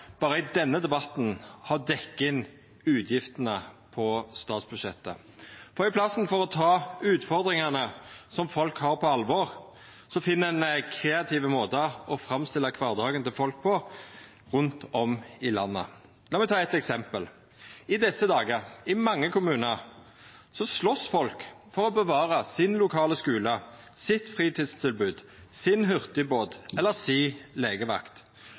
berre i denne debatten ha dekt inn utgiftene på statsbudsjettet. For i staden for å ta utfordringane som folk har, på alvor, finn ein kreative måtar å framstilla kvardagen til folk rundt om i landet på. La meg ta eitt eksempel. I desse dagane, i mange kommunar, slåst folk for å bevara sin lokale skule, sitt fritidstilbod, sin hurtigbåt eller si legevakt.